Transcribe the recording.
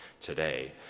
today